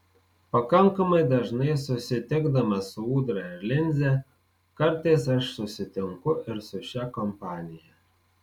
pakankamai dažnai susitikdamas su ūdra ir linze kartais aš susitinku ir su šia kompanija